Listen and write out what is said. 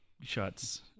Shots